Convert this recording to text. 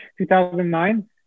2009